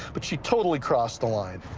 but she totally crossed the line.